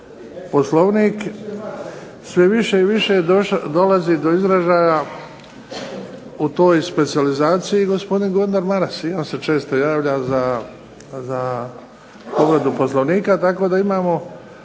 Poslovnik, sve više i više dolazi do izražaja u toj specijalizaciji i gospodin Gordan Maras. I on se često javlja za povredu Poslovnika. Tako da imamo,